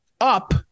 up